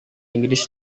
inggris